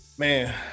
Man